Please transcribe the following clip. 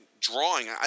drawing